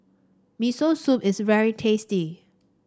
Miso Soup is very tasty